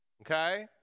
okay